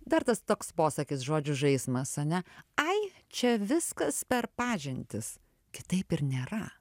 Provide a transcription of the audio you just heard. dar tas toks posakis žodžių žaismas ane ai čia viskas per pažintis kitaip ir nėra